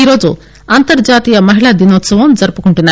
ఈరోజు అంతర్హాతీయ మహిళా దినోత్సవం జరుపుకుంటున్నారు